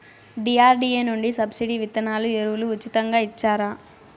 DRDA నుండి subsidy విత్తనాలు ఎరువులు ఉచితంగా ఇచ్చారా?